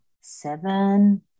seven